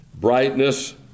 brightness